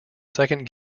second